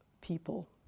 people